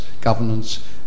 governance